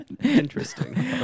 Interesting